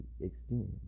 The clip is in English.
extend